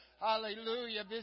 Hallelujah